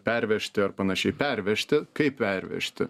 pervežti ar panašiai pervežti kaip pervežti